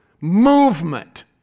Movement